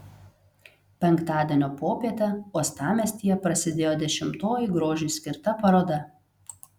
penktadienio popietę uostamiestyje prasidėjo dešimtoji grožiui skirta paroda